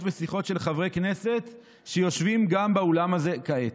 ושיחות של גם של חברי כנסת שיושבים באולם הזה כעת.